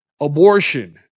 Abortion